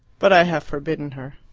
but i have forbidden her.